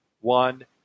One